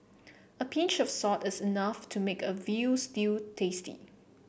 a pinch of salt is enough to make a veal stew tasty